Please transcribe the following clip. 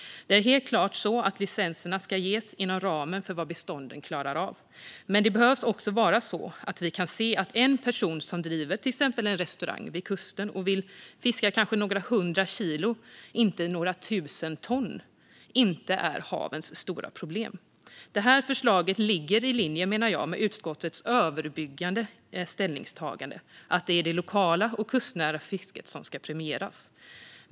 Licenserna ska helt klart ges inom ramen för vad bestånden klarar av, men vi behöver också kunna se att en person som driver till exempel en restaurang vid kusten och vill fiska kanske några hundra kilo, inte några tusentals ton, inte är havens stora problem. Jag menar att det här förslaget ligger i linje med utskottets överbyggande ställningstagande: att det är det lokala och kustnära fisket som ska premieras.